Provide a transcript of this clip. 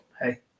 hey